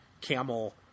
camel